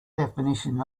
definition